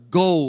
go